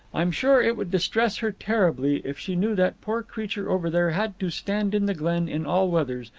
i'm sure it would distress her terribly if she knew that poor creature over there had to stand in the glen in all weathers,